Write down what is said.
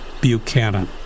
Buchanan